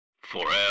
Forever